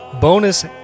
bonus